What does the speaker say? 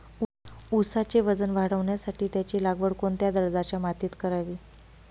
ऊसाचे वजन वाढवण्यासाठी त्याची लागवड कोणत्या दर्जाच्या मातीत करावी?